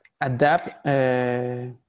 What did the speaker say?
adapt